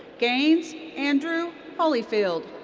gains andrew hollifield.